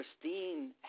Christine